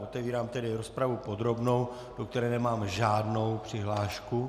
Otevírám tedy rozpravu podrobnou, do které nemám žádnou přihlášku.